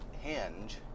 hinge